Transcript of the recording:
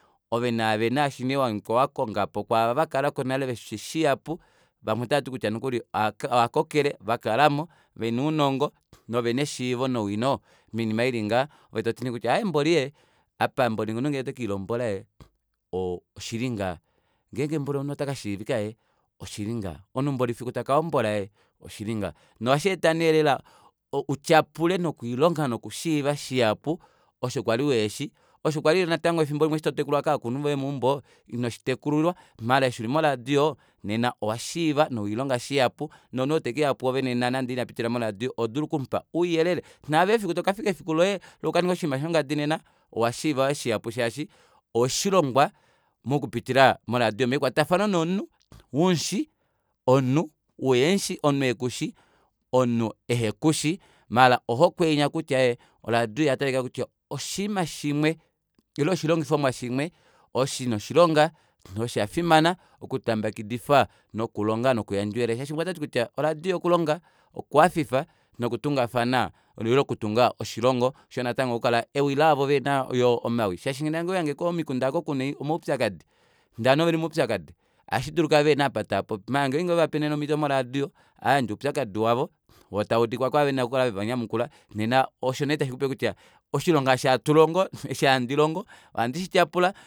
Ovenaave naashi nee wahangika wakongapo kwaava vakalapo nale veshi shihapu vamwe otavati nokuli kutya ovakokele vakalamo vena ounongo novena eshiivo nowino moinima ili ngaha ovetoti nee mboli ee apa mboli omunhu ngee otekelilombola ee oo oshilingaha ngenge mboli omunhu otakashiivika ee oshli ngaha omunhu mboli fiku taka hombola ee oshili ngaha nohasheeta nee lela utyapule nokwiilonga nokushiiva shihapu osho kwali uheshi oshokwali yoo natango efimbo limwe eshi kwali totekulwa kovakulunhu voye meumbo ino shitekulililwa maala eshi uli mo radio nena owashiiva nowelihonga shihapu nomunhu oo tekeya pwoove nena nande ina pitila moradio ohodulu kumupa ouyelele naaveyo efiku tokafika efiku loye lokukaninga oshinima shongadi nena owashiiva yoo shihapu shaashi oweshilongwa mokupitila moradio mekwatafano nomunhu umushi nomunhu uhemushi omunhu ekushi omunhu ehekushi maala ohokwe inya kutya oradio oyatalikako kutya oshinima shimwe ile oshilongifomwa shimwe osho shina oshilonga noshafimana oku okutambekidifa nokulonga nokuyandja ouyelele shaashiumwe otati kutya oradio okulonga okuhafifa nokutungafana ile okutunga oshilongo oshoyo natango okukala ewi laavo vehena omawi shaashi shaashi nena ngee owahange komikunda aako kuna omaupyakadi ndee ovanhu oveli momaupyakadi ohashidulika vehena opo tavapopi maala ngenge owevape omito mo radio ohaayandje oupyakadi wavo woo tawuudika kwaavo vena okukala veva nyamukula nena osho nee tashikupe kutya oshilonga osho hatulongo osho handilongo ohandi shityapula